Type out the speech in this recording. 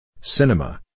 Cinema